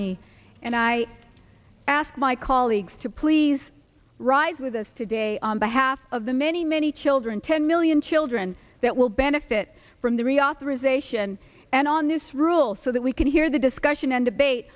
me and i ask my colleagues to please rise with us today on behalf of the many many children ten million children that will benefit from the reauthorization and on this rule so that we can hear the discussion and debate